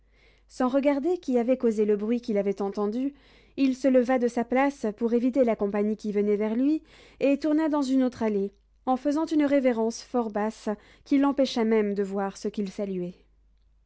sans regarder qui avait causé le bruit qu'il avait entendu il se leva de sa place pour éviter la compagnie qui venait vers lui et tourna dans une autre allée en faisant une révérence fort basse qui l'empêcha même de voir ceux qu'il saluait